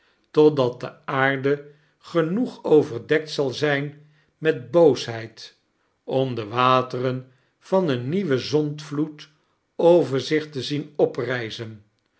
totdat de aarde genoeg overdekt zal zijn met boosheid om de wateren van een nieuwen zondvloed over zich te zien